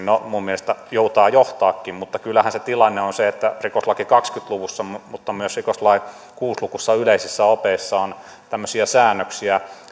no minun mielestäni joutaa johtaakin mutta kyllähän se tilanne on se että rikoslain kahdessakymmenessä luvussa mutta mutta myös rikoslain kuudessa luvussa yleisissä opeissa on tämmöisiä säännöksiä